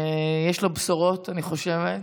שיש לו בשורות, אני חושבת.